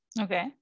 Okay